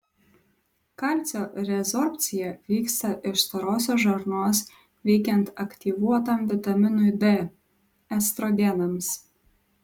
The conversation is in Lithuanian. kalcio rezorbcija vyksta iš storosios žarnos veikiant aktyvuotam vitaminui d estrogenams